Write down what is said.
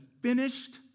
finished